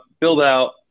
build-out